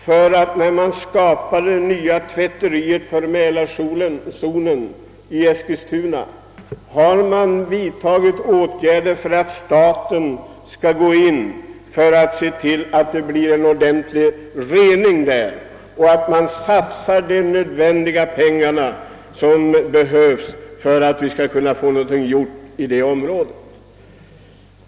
Har man, när man skapar det nya tvätteriet för mälarzonen i Eskilstuna, gått in för att staten skall se till att det blir ordentlig rening? Satsar man de pengar som behövs för att någonting skall bli gjort på detta område?